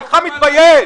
אינך מתבייש?